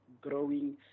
growing